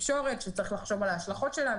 התקשורת שצריך לחשוב על ההשלכות שלה,